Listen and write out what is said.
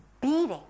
beating